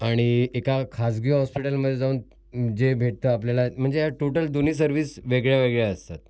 आणि एका खाजगी हॉस्पिटलमध्ये जाऊन जे भेटतं आपल्याला म्हणजे या टोटल दोन्ही सर्विस वेगळ्या वेगळ्या असतात